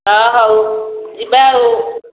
ହଁ ହେଉ ଯିବା ଆଉ